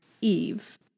Eve